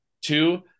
two